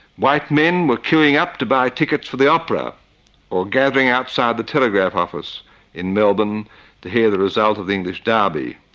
white men were queuing up to buy tickets for the opera or gathering outside the telegraph office in melbourne to hear the result of the english derby.